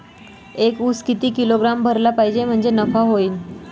एक उस किती किलोग्रॅम भरला पाहिजे म्हणजे नफा होईन?